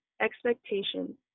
expectations